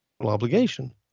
obligation